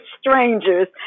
strangers